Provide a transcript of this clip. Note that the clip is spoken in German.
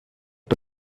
bei